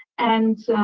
and